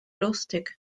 lustig